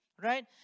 Right